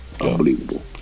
Unbelievable